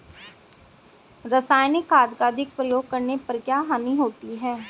रासायनिक खाद का अधिक प्रयोग करने पर क्या हानि होती है?